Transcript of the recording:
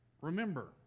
remember